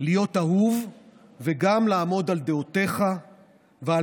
להיות אהוב וגם לעמוד על דעותיך ועל